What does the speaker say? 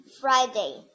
Friday